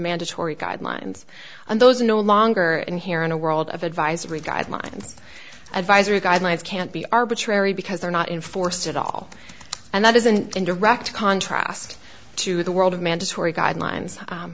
mandatory guidelines and those no longer and here in a world of advisory guidelines advisory guidelines can't be arbitrary because they're not in force at all and that isn't in direct contrast to the world of mandatory guidelines